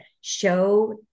show